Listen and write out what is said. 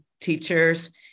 teachers